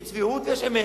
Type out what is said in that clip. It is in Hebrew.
יש צביעות ויש אמת,